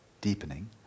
deepening